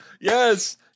Yes